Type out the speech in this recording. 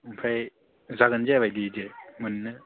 ओमफ्राय जागोनना जाया बायदि बिदि मोननो